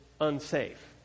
unsafe